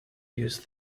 use